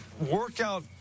workout